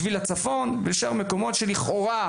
לשביל הצפון ולמקומות נוספים.